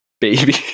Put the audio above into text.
baby